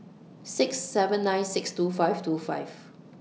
six seven nine six two five two five